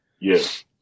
Yes